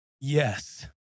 yes